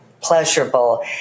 pleasurable